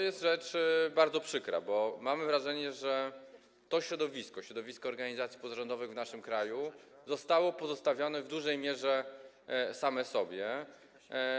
Jest to bardzo przykre, bo mamy wrażenie, że to środowisko, środowisko organizacji pozarządowych w naszym kraju, zostało pozostawione w dużej mierze samo sobie.